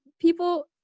people